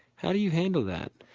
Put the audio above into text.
how do you handle that?